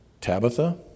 Tabitha